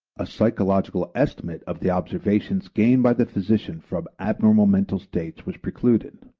a psychological estimate of the observations gained by the physician from abnormal mental states was precluded.